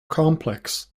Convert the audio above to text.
complex